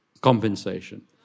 compensation